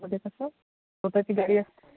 मध्ये कसं स्वतःची गाडी असं